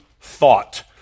thought